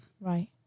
Right